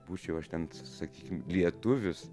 būčiau aš ten sakykim lietuvis